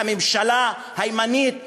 הממשלה הימנית הזו.